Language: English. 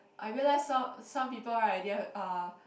I realize some some people right they're uh